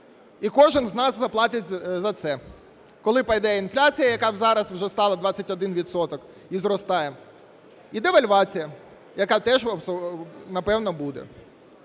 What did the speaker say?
І кожен з нас заплатить за це, коли піде інфляція, яка зараз вже стала 21 відсоток і зростає. І девальвація, яка теж, напевно, буде.